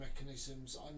mechanisms